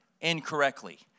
incorrectly